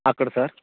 అక్కడ సార్